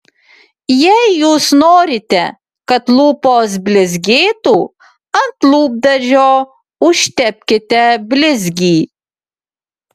jei jūs norite kad lūpos blizgėtų ant lūpdažio užtepkite blizgį